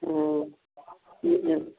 ओ नीक